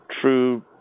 true